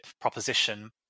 proposition